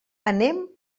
anem